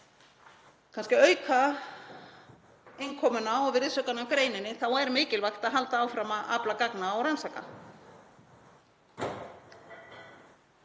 kannski að auka innkomuna og virðisaukann af greininni er mikilvægt að halda áfram að afla gagna og rannsaka.